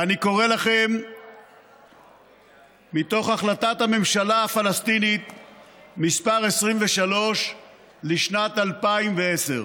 ואני קורא לכם מתוך החלטת הממשלה הפלסטינית מס' 23 לשנת 2010,